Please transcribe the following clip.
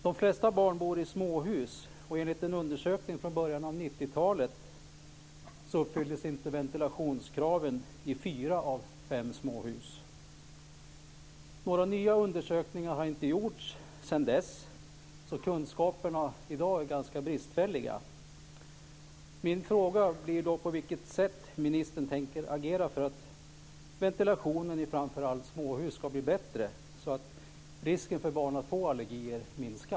De flesta barn bor i småhus, och enligt en undersökning från början av 90-talet uppfylls ventilationskraven inte i 4 av 5 småhus. Några nya undersökningar har inte gjorts sedan dess, så kunskaperna är i dag ganska bristfälliga.